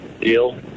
deal